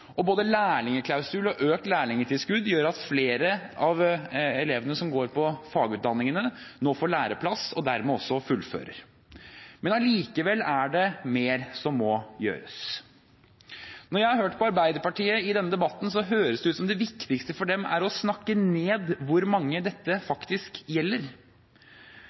og både lærlingklausul og økt lærlingtilskudd gjør at flere av elevene som går på fagutdanningene, nå får læreplass og dermed også fullfører. Likevel er det mer som må gjøres. Når jeg har hørt på Arbeiderpartiet i denne debatten, høres det ut som om det viktigste for dem er å snakke ned hvor mange dette faktisk gjelder.